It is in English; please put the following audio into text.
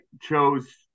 chose